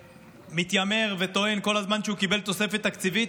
שמתיימר וטוען כל הזמן שהוא קיבל תוספת תקציבית,